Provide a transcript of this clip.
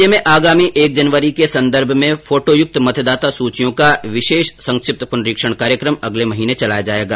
राज्य में आगामी एक जनवरी के संदर्भ में फोटोयुक्त मतदाता सूचियों का विशेष संक्षिप्त प्रनरीक्षण कार्यक्रम अगले महीने चलाया जाएगा